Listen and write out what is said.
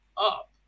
up